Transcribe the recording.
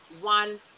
one